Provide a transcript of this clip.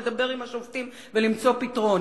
לדבר עם השובתים ולמצוא פתרון.